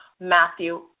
Matthew